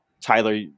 Tyler